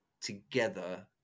together